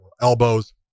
elbows